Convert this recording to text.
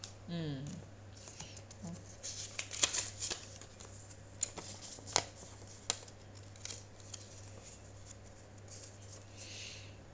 mm